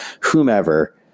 whomever